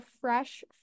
fresh